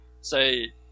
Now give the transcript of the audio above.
say